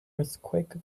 earthquake